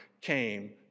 came